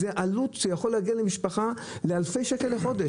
זו עלות שיכולה להגיע לאלפי שקלים בחודש למשפחה.